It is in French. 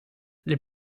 les